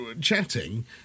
chatting